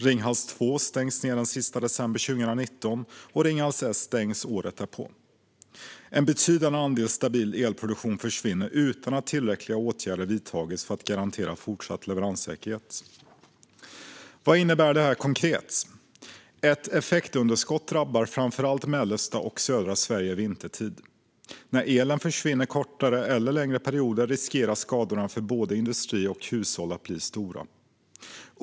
Ringhals 2 stängs den sista december 2019, och Ringhals 1 stängs året därpå. En betydande andel stabil elproduktion försvinner utan att tillräckliga åtgärder vidtagits för att garantera fortsatt leveranssäkerhet. Vad innebär detta konkret? Ett effektunderskott drabbar framför allt mellersta och södra Sverige vintertid. När elen försvinner under kortare eller längre perioder riskerar skadorna för både industri och hushåll att bli stora.